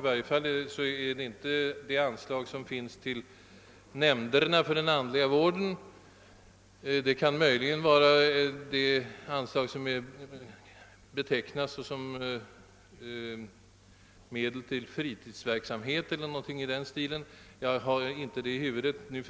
I varje fall är det inte anslaget till nämnderna för den andliga vården som herr Fagerlund åberopade i detta samman hang; detta anslag avser arvoden som utgår enbart